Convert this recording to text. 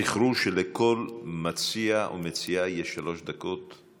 זכרו שלכל מציע או מציעה יש שלוש דקות,